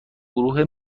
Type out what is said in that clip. گروه